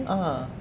ah